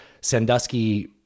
Sandusky